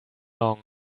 long